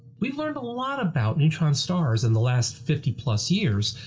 we've learned a lot about neutron stars in the last fifty plus years,